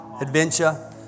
adventure